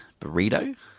burrito